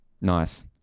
Nice